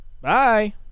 bye